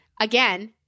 Again